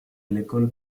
l’école